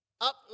Up